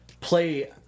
play